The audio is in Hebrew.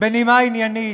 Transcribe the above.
בנימה עניינית,